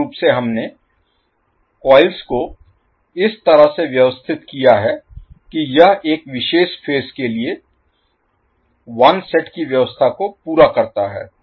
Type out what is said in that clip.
मूल रूप से हमने कॉइल्स को इस तरह से व्यवस्थित किया है कि यह एक विशेष फेज के लिए 1 सेट की व्यवस्था को पूरा करता है